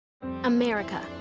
America